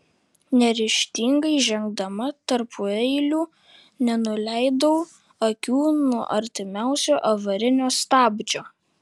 neryžtingai žengdama tarpueiliu nenuleidau akių nuo artimiausio avarinio stabdžio